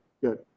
Good